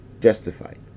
Justified